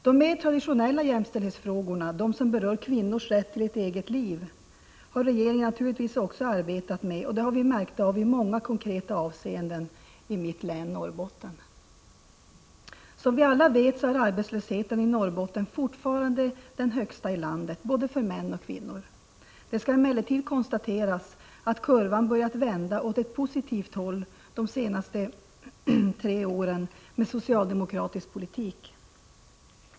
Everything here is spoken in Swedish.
De mer traditionella jämställdhetsfrågorna, de som berör kvinnors rätt till ett eget liv, har regeringen naturligtvis också arbetat med, och det har vi märkt av i många konkreta avseenden i mitt län Norrbotten. Som vi alla vet, är arbetslösheten i Norrbotten fortfarande den högsta i landet, för både män och kvinnor. Det skall emellertid konstateras att kurvan börjat vända åt ett positivt håll de senaste tre åren med socialdemokratisk politik.